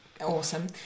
awesome